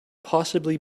possibly